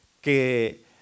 que